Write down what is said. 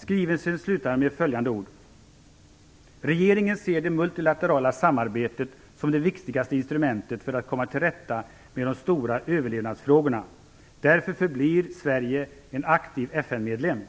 Skrivelsen slutar med följande ord: "Regeringen ser det multilaterala samarbetet som det viktigaste instrumentet för att komma tillrätta med de stora överlevnadsfrågorna. Därför förblir Sverige en aktiv FN-medlem.